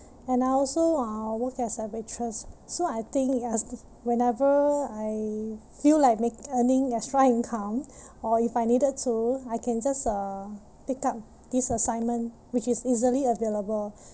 and I also uh work as a waitress so I think ya s~ whenever I feel like make earning extra income or if I needed to I can just uh pick up this assignment which is easily available